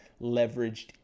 leveraged